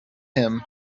him